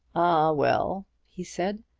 ah, well, he said,